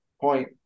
point